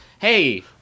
Hey